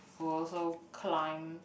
who also climb